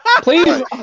Please